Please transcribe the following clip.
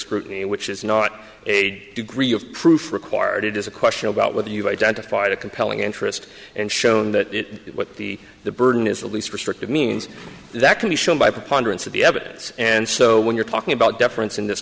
scrutiny which is not a degree of proof required it is a question about whether you've identified a compelling interest and shown that what the the burden is the least restrictive means that can be shown by preponderance of the evidence and so when you're talking about deference in this